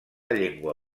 llengua